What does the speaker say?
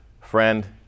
friend